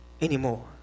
anymore